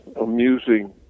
amusing